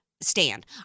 stand